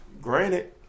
granted